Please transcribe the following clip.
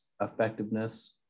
effectiveness